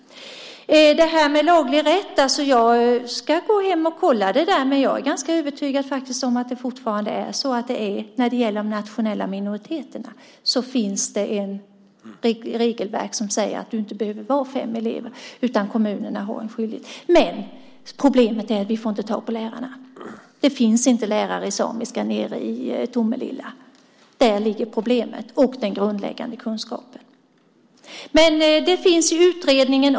Jag ska gå hem och kontrollera hur det förhåller sig med den lagliga rätten. Men jag är faktiskt ganska övertygad om att det när det gäller de nationella minoriteterna finns ett regelverk som säger att det inte behöver vara fem elever utan att kommunerna har denna skyldighet ändå. Men problemet är att vi inte får tag på lärarna. Det finns inte lärare i samiska nere i Tomelilla. Där ligger problemet i fråga om den grundläggande kunskapen. Men det finns i utredningen.